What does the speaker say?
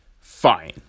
fine